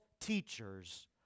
teachers